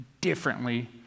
differently